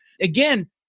again